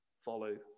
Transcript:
follow